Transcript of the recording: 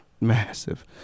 massive